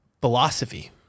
philosophy